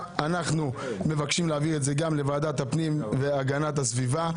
אנחנו מבקשים להעביר את זה לוועדת הפנים והגנת הסביבה.